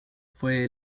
fue